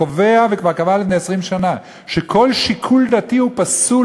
קובע וכבר קבע לפני 20 שנה שכל שיקול דתי הוא פסול